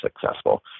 successful